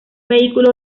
vehículo